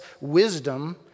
wisdom